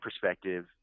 perspective